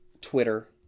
Twitter